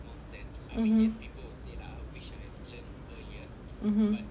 mmhmm